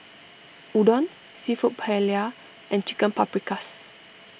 Udon Seafood Paella and Chicken Paprikas